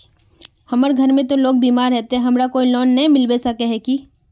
हमर घर में ते लोग बीमार है ते हमरा कोई लोन नय मिलबे सके है की?